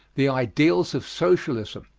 the ideals of socialism.